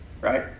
right